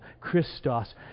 Christos